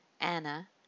Anna